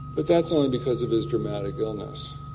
but that's only because of his dramatic illness.